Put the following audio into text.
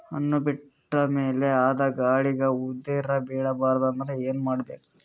ಹಣ್ಣು ಬಿಟ್ಟ ಮೇಲೆ ಅದ ಗಾಳಿಗ ಉದರಿಬೀಳಬಾರದು ಅಂದ್ರ ಏನ ಮಾಡಬೇಕು?